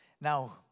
Now